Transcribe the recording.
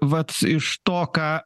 vat iš to ką